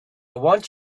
want